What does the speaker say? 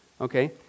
Okay